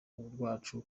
rwacu